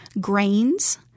Grains